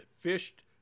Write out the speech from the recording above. fished